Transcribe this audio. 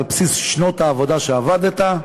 על בסיס שנות העבודה שעבדת,